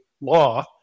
law